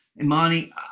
Imani